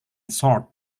short